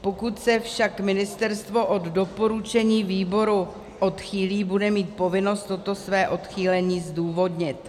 Pokud se však ministerstvo od doporučení výboru odchýlí, bude mít povinnost toto své odchýlení zdůvodnit.